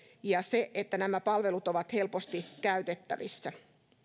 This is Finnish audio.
ja se että nämä palvelut ovat helposti käytettävissä